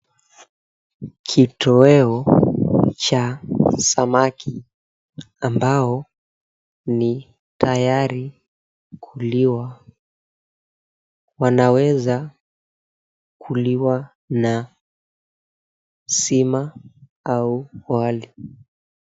Kitoweo cha samaki ambao ni tayari kuliwa wanaweza kuliwa na sima au wali.